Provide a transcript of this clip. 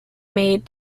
made